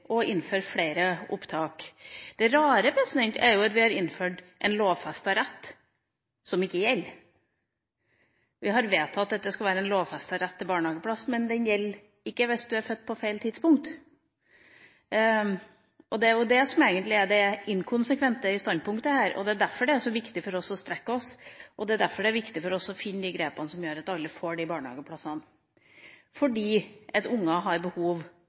å innføre flere opptak. Det rare er jo at vi har innført en lovfestet rett som ikke gjelder. Vi har vedtatt at det skal være en lovfestet rett til barnehageplass, men den gjelder ikke hvis du er født på feil tidspunkt. Det er jo det som egentlig er det inkonsekvente i standpunktet her, og det er derfor det er så viktig for oss å strekke oss, og det er derfor det er viktig for oss å finne de grepene som gjør at alle får barnehageplass. Barn har behov